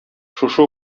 шушы